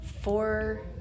four